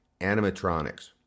animatronics